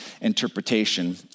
interpretation